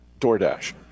DoorDash